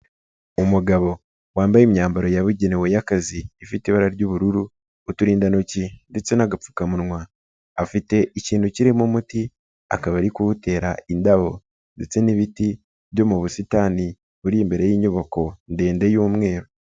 Umugabo wambaye imyambaro yabugenewe y'akazi ifite ibara ry'ubururu, uturindantoki ndetse n'agapfukamunwa, afite ikintu kirimo umuti akaba ari kuwutera indabo ndetse n'ibiti byo mu busitani buri imbere y'inyubako ndende y'umweru.